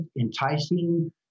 enticing